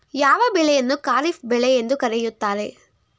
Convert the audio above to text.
ಯಾವ ಬೆಳೆಯನ್ನು ಖಾರಿಫ್ ಬೆಳೆ ಎಂದು ಕರೆಯುತ್ತಾರೆ?